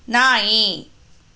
ನಾಯಿ